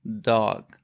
dog